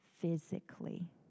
physically